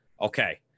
Okay